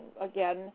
again